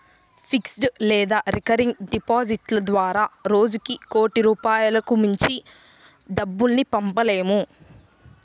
fixed లేదా recurring డిపాజిట్ల ద్వారా రోజుకి కోటి రూపాయలకు మించి డబ్బుల్ని పంపలేము